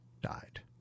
died